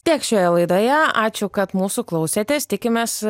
tiek šioje laidoje ačiū kad mūsų klausėtės tikimės